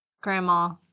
grandma